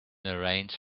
arrange